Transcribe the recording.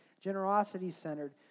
generosity-centered